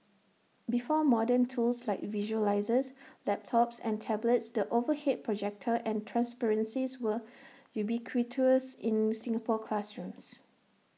before modern tools like visualisers laptops and tablets the overhead projector and transparencies were ubiquitous in Singapore classrooms